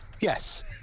yes